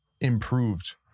improved